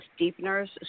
deepeners